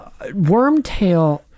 Wormtail